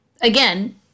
again